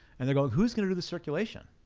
and they're going, who's going to do the circulation?